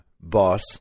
boss